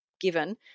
given